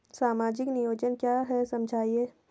सामाजिक नियोजन क्या है समझाइए?